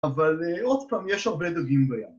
‫אבל עוד פעם, יש הרבה דגים בים.